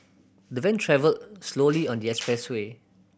the van travelled slowly on the expressway